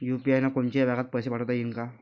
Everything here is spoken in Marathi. यू.पी.आय न कोनच्याही भागात पैसे पाठवता येईन का?